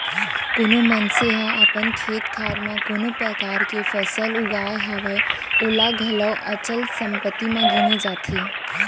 कोनो मनसे ह अपन खेत खार म कोनो परकार के फसल उगाय हवय ओला घलौ अचल संपत्ति म गिने जाथे